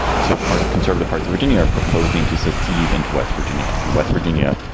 so part conservative parts of virginia are proposing to secede into west virginia and west virginia.